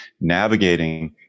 navigating